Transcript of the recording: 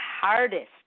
hardest